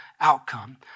outcome